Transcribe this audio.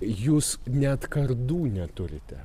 jūs net kardų neturite